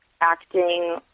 acting